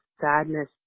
sadness